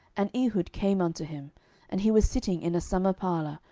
and ehud came unto him and he was sitting in a summer parlour,